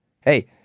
hey